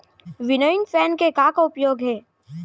Winnowing fan के का उपयोग हे?